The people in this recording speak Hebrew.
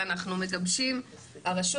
והרשות